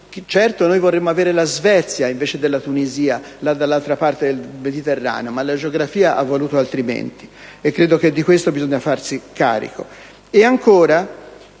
Certo, noi vorremmo avere la Svezia invece della Tunisia dall'altra parte del Mediterraneo, ma la geografia ha voluto altrimenti, e credo che di questo bisogna farsi carico.